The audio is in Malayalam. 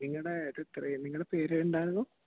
നിങ്ങടെ ഇത് നിങ്ങടെ പേര് എന്തായിരുന്നു